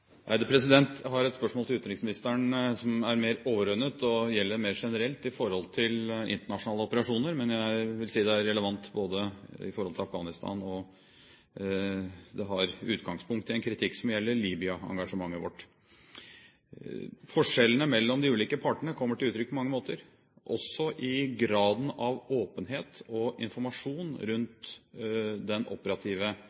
mer overordnet, og som gjelder internasjonale operasjoner mer generelt, men jeg vil si at det både er relevant for Afghanistan og har utgangspunkt i en kritikk som gjelder Libya-engasjementet vårt. Forskjellene mellom de ulike partene kommer til uttrykk på mange måter, også i graden av åpenhet og informasjon